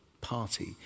party